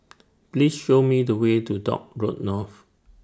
Please Show Me The Way to Dock Road North